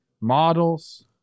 models